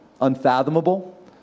unfathomable